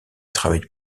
travaille